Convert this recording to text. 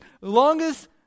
longest